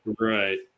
Right